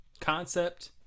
concept